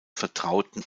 vertrauten